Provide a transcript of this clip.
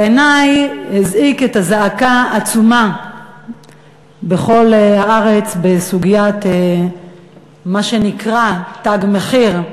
בעיני הזעיק את הזעקה העצומה בכל הארץ בסוגיית מה שנקרא "תג מחיר".